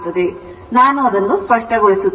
ಆದ್ದರಿಂದ ನಾನು ಅದನ್ನು ಸ್ಪಷ್ಟಗೊಳಿಸುತ್ತೇನೆ